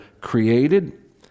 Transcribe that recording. created